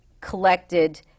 collected